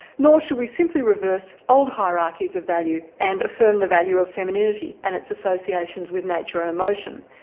nor should we simply reverse old hierarchies of value and affirm the value of femininity and its associations with nature and emotion,